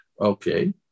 Okay